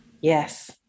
yes